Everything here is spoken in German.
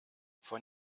von